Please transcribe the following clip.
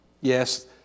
Yes